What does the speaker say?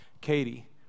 Katie